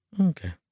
Okay